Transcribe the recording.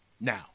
Now